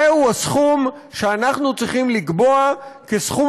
זהו הסכום שאנחנו צריכים לקבוע כסכום